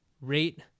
rate